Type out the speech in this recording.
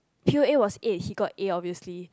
P_O_A was eight he got A obviously